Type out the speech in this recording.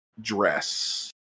dress